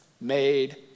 made